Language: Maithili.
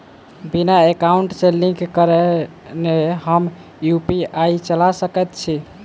बिना एकाउंट सँ लिंक करौने हम यु.पी.आई चला सकैत छी?